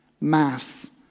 mass